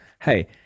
Hey